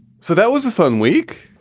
so that was a fun week.